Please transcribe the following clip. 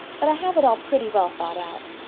but i have it all pretty well thought out.